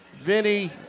Vinny